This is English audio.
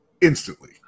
instantly